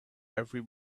every